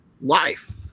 life